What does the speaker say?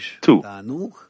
two